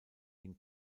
den